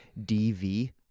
DV